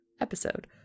episode